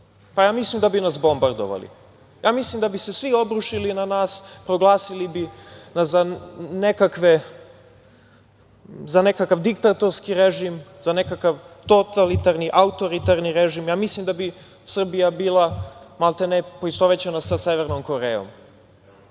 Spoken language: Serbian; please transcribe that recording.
Pa, ja mislim da bi nas bombardovali. Mislim da bi se svi obrušili na nas, proglasili bi nas za nekakav diktatorski režim, za nekakav totalitarni, autoritarni režim. Mislim da bi Srbija bila, maltene, poistovećena sa Severnom Korejom.